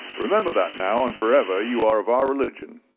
remember that now and for ever you are of our religion.